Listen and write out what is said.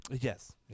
Yes